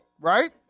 Right